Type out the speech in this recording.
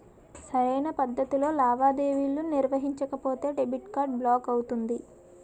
సరైన పద్ధతిలో లావాదేవీలు నిర్వహించకపోతే డెబిట్ కార్డ్ బ్లాక్ అవుతుంది